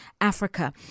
Africa